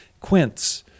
quince